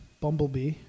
Bumblebee